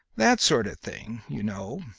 that sort of thing, you know,